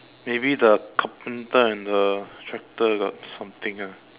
maybe the carpenter and the tractor got something ah